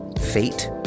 fate